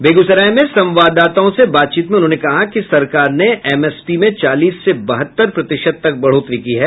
बेगूसराय में संवाददाताओं से बातचीत में उन्होंने कहा कि सरकार ने एमएसपी में चालीस से बहत्तर प्रतिशत तक बढ़ोतरी की है